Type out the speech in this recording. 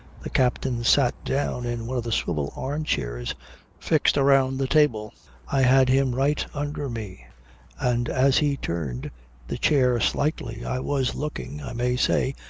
the captain sat down in one of the swivel arm-chairs fixed around the table i had him right under me and as he turned the chair slightly, i was looking, i may say,